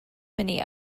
many